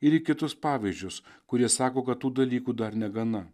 ir į kitus pavyzdžius kurie sako kad tų dalykų dar negana